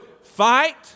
fight